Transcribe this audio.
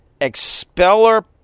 expeller